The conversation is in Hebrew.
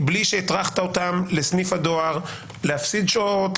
בלי שהטרחת אותם לסניף הדואר להפסיד שעות,